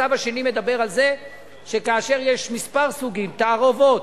הצו השני מדבר על זה שכאשר יש כמה סוגים, תערובות,